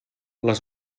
les